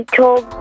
told